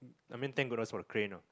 I mean thank goodness for the crane ah